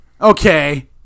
Okay